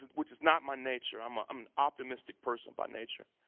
which is not my nature. i'm ah um an optimistic person by nature.